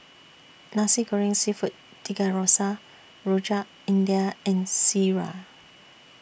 Nasi Goreng Seafood Tiga Rasa Rojak India and Sireh